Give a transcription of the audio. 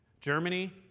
Germany